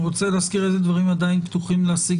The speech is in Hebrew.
אני רוצה להזכיר אילו דברים פתוחים לשיג